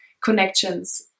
connections